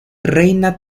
reina